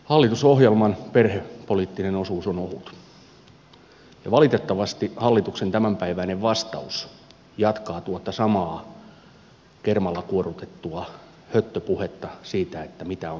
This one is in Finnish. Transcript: hallitusohjelman perhepoliittinen osuus on ohut ja valitettavasti hallituksen tämänpäiväinen vastaus jatkaa tuota samaa kermalla kuorrutettua höttöpuhetta siitä mitä on tarkoitus tehdä